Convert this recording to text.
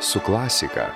su klasika